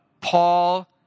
Paul